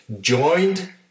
joined